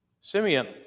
Simeon